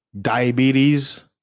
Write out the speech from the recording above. diabetes